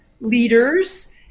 leaders